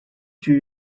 程序